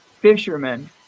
fishermen